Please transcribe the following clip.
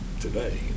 today